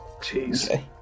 Jeez